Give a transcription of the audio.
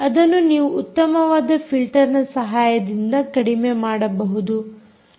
ಅದನ್ನು ನೀವು ಉತ್ತಮವಾದ ಫಿಲ್ಟರ್ನ ಸಹಾಯದಿಂದ ಕಡಿಮೆ ಮಾಡಬಹುದು